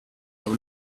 have